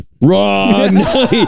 wrong